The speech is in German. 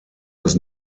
das